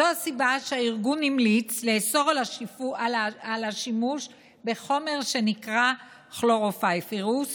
זו הסיבה שהארגון המליץ לאסור את השימוש בחומר שנקרא כלורופיריפוס